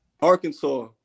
Arkansas